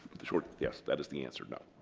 the short. yes. that is the answer. no.